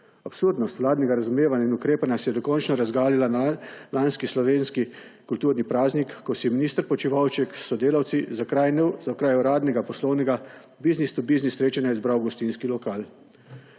Absurdnost vladnega razumevanja in ukrepanja se je dokončno razgalila na lanski slovenski kulturni praznik, ko si je minister Počivalšek s sodelavci za kraj uradnega poslovnega business to business srečanja izbral gostinski lokal.